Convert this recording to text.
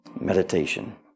Meditation